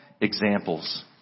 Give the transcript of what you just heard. examples